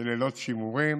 של לילות שימורים